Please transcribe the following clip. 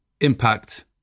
impact